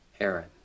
Aaron